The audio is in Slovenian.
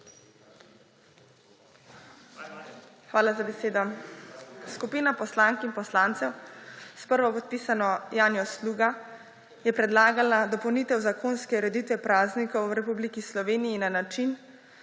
Hvala za besedo. Skupina poslank in poslancev s prvopodpisano Janjo Sluga je predlagala dopolnitev zakonske ureditve praznikov v Republiki Sloveniji na način,